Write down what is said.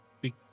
big